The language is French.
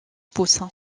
pouce